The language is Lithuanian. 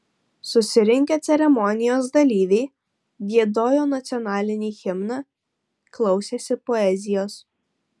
susirinkę ceremonijos dalyviai giedojo nacionalinį himną klausėsi poezijos